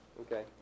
Okay